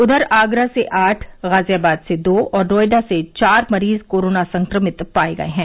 उघर आगरा से आठ गाजियाबाद से दो और नोएडा से चार मरीज कोरोना संक्रमित पाये गये हैं